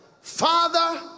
Father